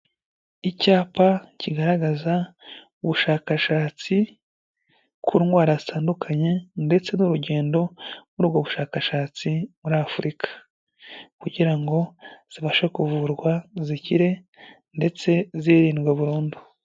Icyapa kigaragaza ubushakashatsi ku ndwara zitandukanye ndetse n'urugendo muri ubwo bushakashatsi muri Afurika kugira ngo zibashe kuvurwa zikire ndetse zirindwa burundu.